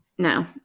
No